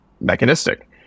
mechanistic